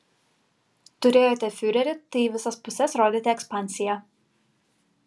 turėjote fiurerį tai į visas puses rodėte ekspansiją